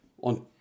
On